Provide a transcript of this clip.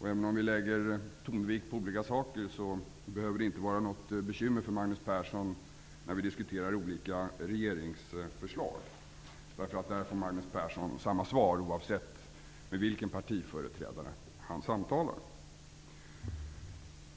och även om vi lägger tonvikt på olika saker behöver det inte vara något bekymmer för Magnus Persson när vi diskuterar olika regeringsförslag. Där får Magnus Persson samma svar oavsett med vilken partiföreträdare han samtalar.